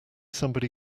somebody